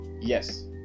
Yes